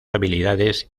habilidades